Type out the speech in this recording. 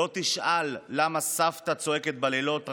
לא תשאל למה סבתא צועקת בלילות "ראוס"